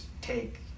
take